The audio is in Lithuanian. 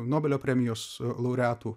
nobelio premijos laureatų